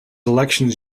elections